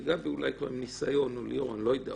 וגבי כבר עם ניסיון או ליאור אני לא יודע,